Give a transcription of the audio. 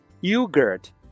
yogurt